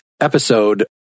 episode